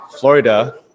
Florida